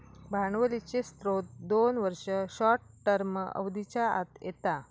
भांडवलीचे स्त्रोत दोन वर्ष, शॉर्ट टर्म अवधीच्या आत येता